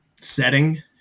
setting